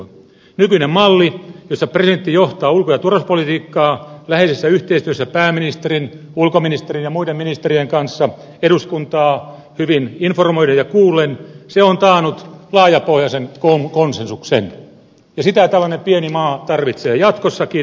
nykyinen malli jossa presidentti johtaa ulko ja turvallisuuspolitiikkaa läheisessä yhteistyössä pääministerin ulkoministerin ja muiden ministerien kanssa eduskuntaa hyvin informoiden ja kuullen on taannut laajapohjaisen konsensuksen ja sitä tällainen pieni maa tarvitsee jatkossakin